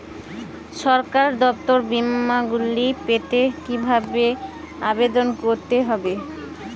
সরকার প্রদত্ত বিমা গুলি পেতে কিভাবে আবেদন করতে হবে?